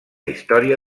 història